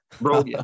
bro